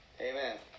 Amen